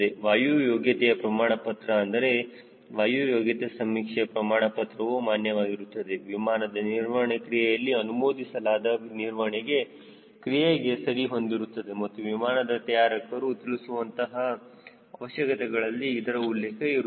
ವಾಯು ಯೋಗ್ಯತೆಯ ಪ್ರಮಾಣ ಪತ್ರ ಅಂದರೆ ವಾಯು ಯೋಗ್ಯತೆ ಸಮೀಕ್ಷೆಯ ಪ್ರಮಾಣ ಪತ್ರವು ಮಾನ್ಯವಾಗಿರುತ್ತದೆ ವಿಮಾನದ ನಿರ್ವಹಣೆ ಕ್ರಿಯೆಯು ಅನುಮೋದಿಸಲಾದ ನಿರ್ವಹಣ ಕ್ರಿಯೆಗೆ ಸರಿ ಹೊಂದಿರುತ್ತದೆ ಮತ್ತು ವಿಮಾನದ ತಯಾರಕರು ತಿಳಿಸುವಂತಹ ಅವಶ್ಯಕತೆಗಳಲ್ಲಿ ಇದರ ಉಲ್ಲೇಖ ಇರುತ್ತದೆ